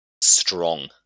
strong